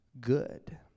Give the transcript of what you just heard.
good